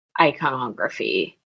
iconography